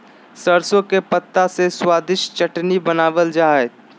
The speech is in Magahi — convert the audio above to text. सरसों के पत्ता से स्वादिष्ट चटनी बनावल जा हइ